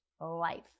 Life